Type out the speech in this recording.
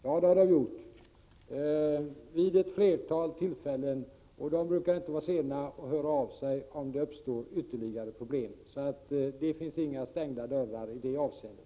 Ja, det har de gjort vid ett flertal tillfällen. De brukar inte vara sena att höra av sig om det uppstår ytterligare problem. Det finns inga stängda dörrar i det avseendet.